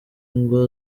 ngo